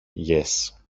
yes